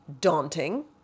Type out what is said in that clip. daunting